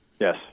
Yes